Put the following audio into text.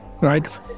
right